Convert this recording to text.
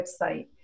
website